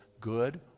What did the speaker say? good